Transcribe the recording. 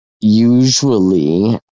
usually